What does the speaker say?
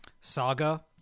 Saga